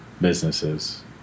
Businesses